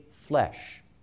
flesh